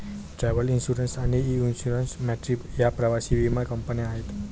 travel insurance आणि Insure My Trip या प्रवासी विमा कंपन्या आहेत